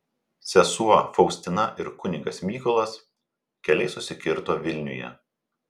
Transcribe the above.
sesuo faustina ir kunigas mykolas keliai susikirto vilniuje